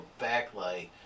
backlight